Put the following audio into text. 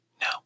no